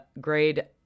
grade